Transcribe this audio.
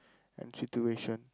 and situation